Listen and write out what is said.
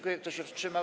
Kto się wstrzymał?